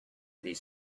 these